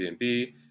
airbnb